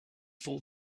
full